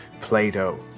Plato